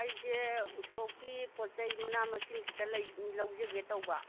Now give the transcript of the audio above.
ꯑꯩꯁꯦ ꯎꯁꯣꯞꯀꯤ ꯄꯣꯠ ꯆꯩ ꯃꯅꯥ ꯃꯁꯤꯡ ꯈꯤꯇ ꯂꯧꯖꯒꯦ ꯇꯧꯕ